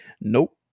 Nope